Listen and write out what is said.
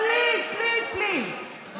פליז, פליז, פליז.